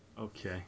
Okay